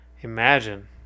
Imagine